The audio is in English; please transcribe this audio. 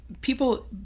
people